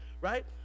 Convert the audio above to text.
right